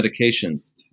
medications